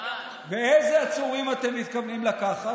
ואיזה עצורים אתם מתכוונים לקחת?